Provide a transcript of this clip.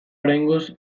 oraingoz